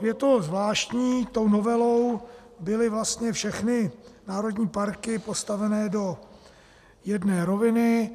Je to zvláštní, tou novelou byly vlastně všechny národní parky postaveny do jedné roviny.